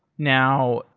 now,